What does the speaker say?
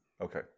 okay